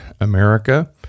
america